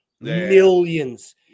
Millions